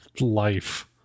life